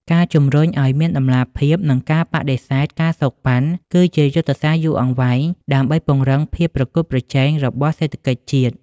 ការជម្រុញឱ្យមានតម្លាភាព និងការបដិសេធ ការសូកប៉ាន់ គឺជាយុទ្ធសាស្ត្រយូរអង្វែងដើម្បីពង្រឹងភាពប្រកួតប្រជែងរបស់សេដ្ឋកិច្ចជាតិ។